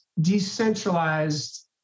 decentralized